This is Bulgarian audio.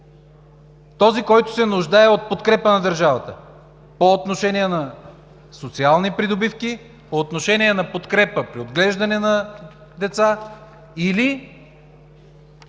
този, който се нуждае от подкрепа на държавата по отношение на социални придобивки, по отношение на подкрепа при отглеждане на деца или